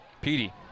Petey